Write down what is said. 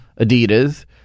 Adidas